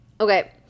Okay